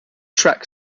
track